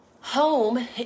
Home